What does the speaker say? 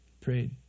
Prayed